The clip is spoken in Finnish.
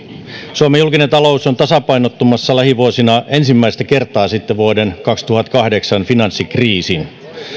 suomen julkinen talous on tasapainottumassa lähivuosina ensimmäistä kertaa sitten vuoden kaksituhattakahdeksan finanssikriisin